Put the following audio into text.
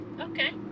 Okay